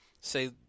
say